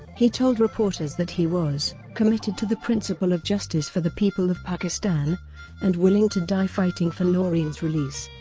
he told reporters that he was committed to the principle of justice for the people of pakistan and willing to die fighting for noreen's release.